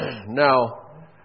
Now